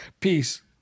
Peace